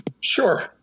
Sure